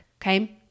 Okay